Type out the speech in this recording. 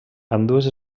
ambdues